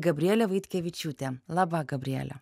gabrielę vaitkevičiūtę laba gabriele